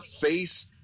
face